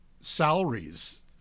salaries